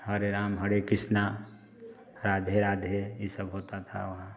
हरे राम हरे कृष्णा राधे राधे ये सब होता था वहाँ